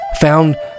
found